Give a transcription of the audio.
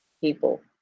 people